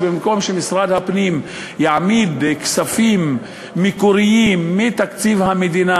שבמקום שמשרד הפנים יעמיד כספים מקוריים מתקציב המדינה